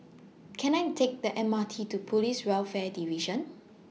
Can I Take The M R T to Police Welfare Division